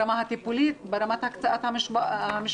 ברמה הטיפולים, ברמת הקצאת משאבים,